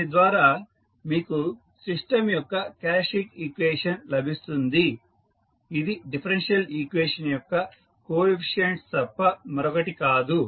దీని ద్వారా మీకు సిస్టం యొక్క క్యారెక్టరిస్టిక్ ఈక్వేషన్ లభిస్తుంది ఇది డిఫరెన్షియల్ ఈక్వేషన్ యొక్క కోఎఫీసియంట్స్ తప్ప మరొకటి కాదు